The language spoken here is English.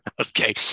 Okay